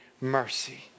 mercy